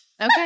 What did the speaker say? Okay